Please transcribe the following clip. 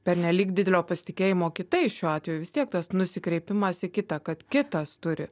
pernelyg didelio pasitikėjimo kitais šiuo atveju vis tiek tas nu si kreipimas į kitą kad kitas turi